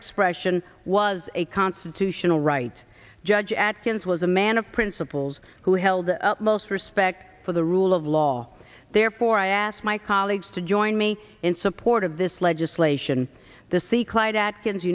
expression was a constitutional right judge atkins was a man of principles who held the most respect for the rule of law therefore i asked my colleagues to join me in support of this legislation the